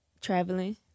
traveling